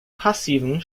passiven